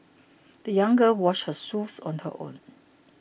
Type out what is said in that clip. the young girl washed her shoes on her own